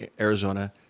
Arizona